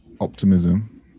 optimism